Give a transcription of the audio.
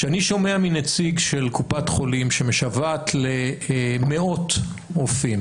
כשאני שומע מנציג של קופת חולים שמשוועת למאות רופאים